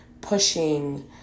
pushing